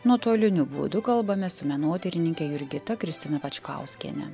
nuotoliniu būdu kalbamės su menotyrininke jurgita kristina pačkauskiene